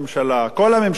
כל הממשלה הזאת,